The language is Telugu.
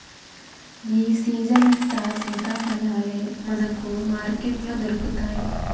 ఈ సీజనంతా సీతాఫలాలే మనకు మార్కెట్లో దొరుకుతాయి